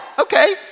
okay